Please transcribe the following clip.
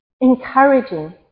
encouraging